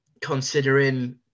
considering